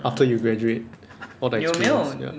after you graduate all the experience ya